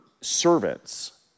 servants